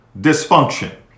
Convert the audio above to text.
dysfunction